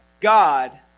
God